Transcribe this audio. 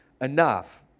enough